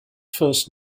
first